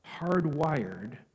hardwired